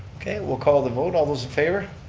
okay, we'll call the vote, all those in favor?